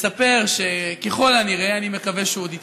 מספר שככל הנראה, אני מקווה שהוא עוד יתחרט,